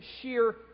sheer